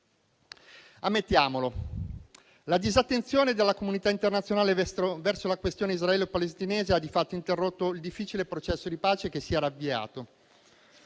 Ammettiamolo: la disattenzione della comunità internazionale verso la questione israelo-palestinese ha di fatto interrotto il difficile processo di pace che si era avviato.